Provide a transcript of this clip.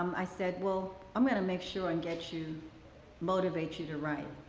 i said, well, i'm going to make sure and get you motivate you to write.